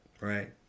right